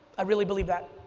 i really believe that.